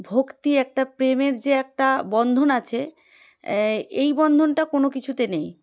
ভক্তি একটা প্রেমের যে একটা বন্ধন আছে এই বন্ধনটা কোনো কিছুতে নেই